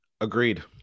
Agreed